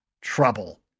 trouble